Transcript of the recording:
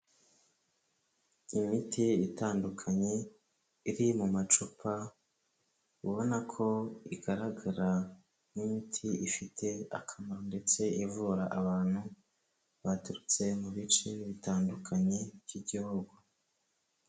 Imiti itandukanye iri mu macupa ubona ko igaragara nk'imiti ifite akamaro ndetse ivura abantu baturutse mu bice bitandukanye by'igihugu.